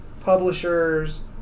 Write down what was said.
publishers